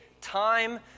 time